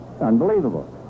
unbelievable